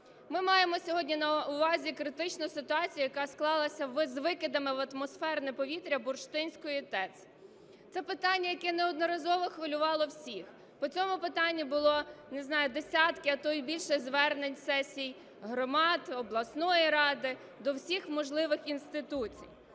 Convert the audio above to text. Ми маємо сьогодні на увазі критичну ситуацію, яка склалася з викидами в атмосферне повітря Бурштинської ТЕС. Це питання, яке неодноразово хвилювало всіх, по цьому питанню було, не знаю, десятки, а то і більше звернень сесій громад обласної ради до всіх можливих інституцій.